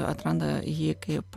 atranda jį kaip